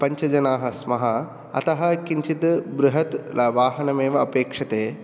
पञ्चजनाः स्मः अतः किञ्चित् बृहत् वाहनम् एव अपेक्षते